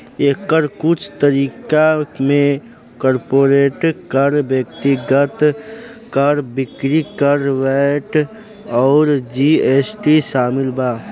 एकर कुछ तरीका में कॉर्पोरेट कर, व्यक्तिगत कर, बिक्री कर, वैट अउर जी.एस.टी शामिल बा